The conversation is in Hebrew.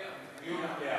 דיון במליאה.